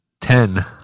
Ten